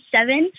seven